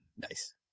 Nice